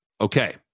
Okay